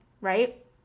right